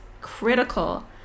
critical